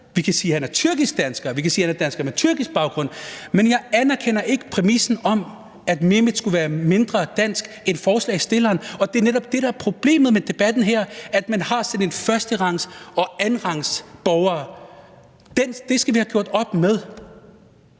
Vi kan sige, at han er tyrkisk dansker; vi kan sige, at han er dansker med tyrkisk baggrund. Men jeg anerkender ikke præmissen om, at Mehmet skulle være mindre dansk end forslagsstilleren. Og det er netop det, der er problemet med debatten her, nemlig at man sådan har førsterangs- og andenrangsborgere. Det skal vi have gjort op med.